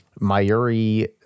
Mayuri